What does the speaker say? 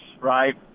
right